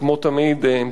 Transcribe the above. כמו תמיד,